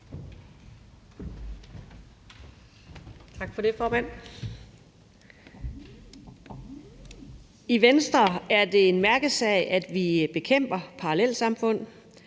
Tak for det, formand. I Venstre er det en mærkesag, at vi bekæmper parallelsamfund.